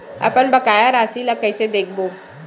अपन बकाया राशि ला कइसे देखबो?